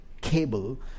cable